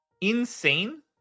insane